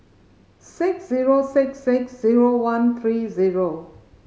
six zero six six zero one three zero